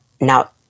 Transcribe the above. Now